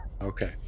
Okay